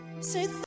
Say